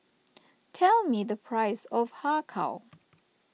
tell me the price of Har Kow